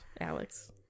Alex